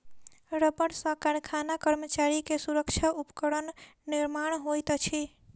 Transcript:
रबड़ सॅ कारखाना कर्मचारी के सुरक्षा उपकरण निर्माण होइत अछि